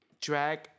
drag